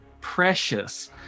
precious